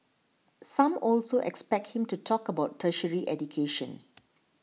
some also expect him to talk about tertiary education